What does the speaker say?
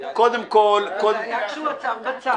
זה היה כשהוא עצר בצד.